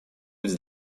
быть